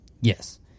yes